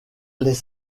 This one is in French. les